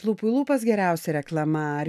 lūpų į lūpas geriausia reklama ar